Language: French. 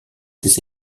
des